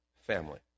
family